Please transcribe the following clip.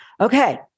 Okay